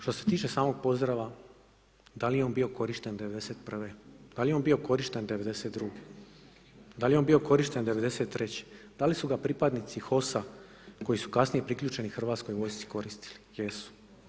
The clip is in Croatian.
Što se tiče samog pozdrava da li je on bio korišten '91., da li je on bio korišten '92., da li je on bio korišten '93., da li su ga pripadnici HOS-a koji su kasnije priključeni Hrvatskoj vojsci koristili, jesu.